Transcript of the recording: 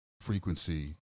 frequency